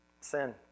Sin